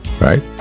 Right